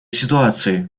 ситуации